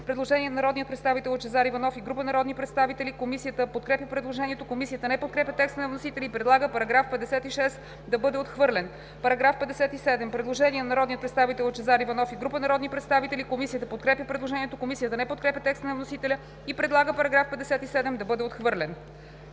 предложение от народния представител Лъчезар Иванов и група народни представители. Комисията подкрепя предложението. Комисията не подкрепя текста на вносителя и предлага § 46 да бъде отхвърлен. По § 47 има предложение на народния представител Лъчезар Иванов и група народни представители. Комисията подкрепя предложението. Комисията не подкрепя текста на вносителя и предлага § 47 да бъде отхвърлен.